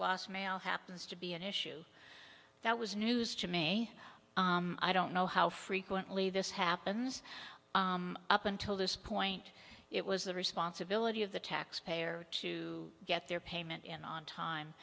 last mail happens to be an issue that was news to me i don't know how frequently this happens up until this point it was the responsibility of the taxpayer to get their payment in on time